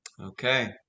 Okay